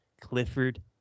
Clifford